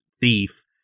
thief